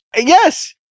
Yes